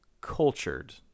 cultured